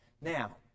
Now